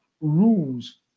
rules